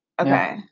okay